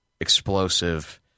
explosive